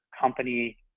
company